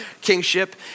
kingship